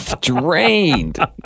drained